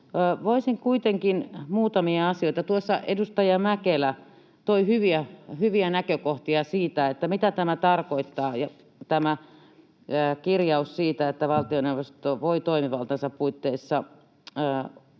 nostaa esiin muutamia asioita. Edustaja Mäkelä toi hyviä näkökohtia siitä, mitä tarkoittaa tämä kirjaus siitä, että valtioneuvosto voi toimivaltansa puitteissa laajentaa